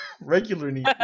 Regularly